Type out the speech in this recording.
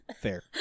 Fair